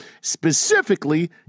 Specifically